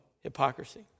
Hypocrisy